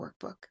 workbook